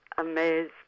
amazed